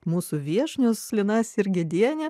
mūsų viešnios lina sirgedienė